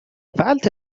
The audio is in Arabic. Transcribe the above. فعلت